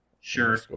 Sure